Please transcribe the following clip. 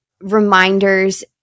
reminders